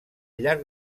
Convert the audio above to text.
llarg